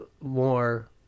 more